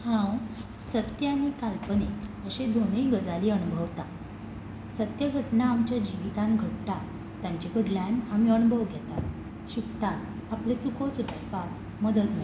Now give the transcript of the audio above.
हांव सत्य आनी काल्पनीक अशे दोनूय गजाली अणभवता सत्य घटना आमच्या जिवितांत घडटा तांचे कडल्यान आमी अणभव घेता शिकता आपल्यो चुको सुदारपाक मदत मेळटा